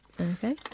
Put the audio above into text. Okay